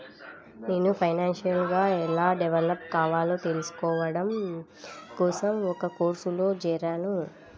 నేను ఫైనాన్షియల్ గా ఎలా డెవలప్ కావాలో తెల్సుకోడం కోసం ఒక కోర్సులో జేరాను